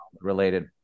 related